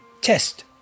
test